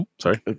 sorry